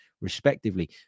respectively